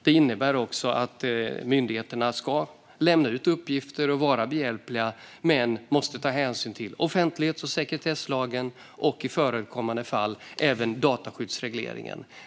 Det innebär också att myndigheterna ska lämna ut uppgifter och vara behjälpliga, men de måste ta hänsyn till offentlighets och sekretesslagen och i förekommande fall även till dataskyddsregleringen.